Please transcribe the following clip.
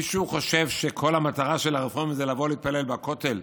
מישהו חושב שכל המטרה של הרפורמים היא לבוא להתפלל בכותל?